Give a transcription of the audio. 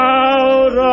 out